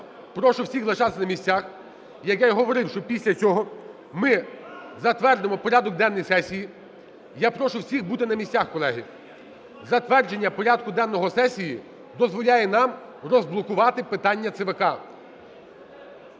прошу всіх залишатися на місцях. Як я і говорив, що після цього ми затвердимо порядок денний сесії. Я прошу всіх бути на місцях, колеги. Затвердження порядку денного сесії дозволяє нам розблокувати питання ЦВК.